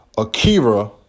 Akira